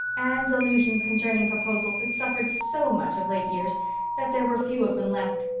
anne's illusions concerning proposals had suffered so much of late years that there were few of them left.